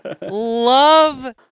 love